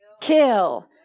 kill